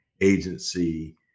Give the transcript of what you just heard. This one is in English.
agency